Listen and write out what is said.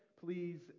please